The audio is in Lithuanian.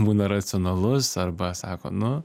būna racionalus arba sako nu